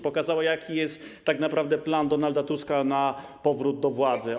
Pokazała, jaki jest tak naprawdę plan Donalda Tuska na powrót do władzy.